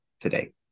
today